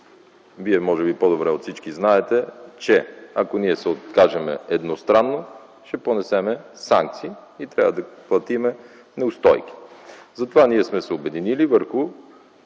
Вие може би по-добре от всички знаете, че ако ние се откажем едностранно, ще понесем санкции и трябва да платим неустойки. Затова сме се обединили върху